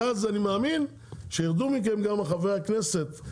ואז אני מאמין שירדו מכם גם חברי הכנסת.